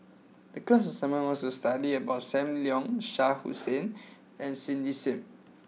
the Class Assignment was to study about Sam Leong Shah Hussain and Cindy Sim